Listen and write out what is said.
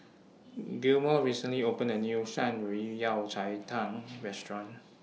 Gilmore recently opened A New Shan Rui Yao Cai Tang Restaurant